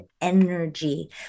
energy